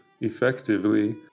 effectively